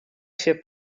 się